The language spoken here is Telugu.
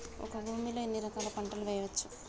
ఒక భూమి లో ఎన్ని రకాల పంటలు వేయచ్చు?